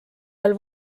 veel